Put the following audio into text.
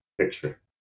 picture